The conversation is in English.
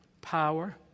power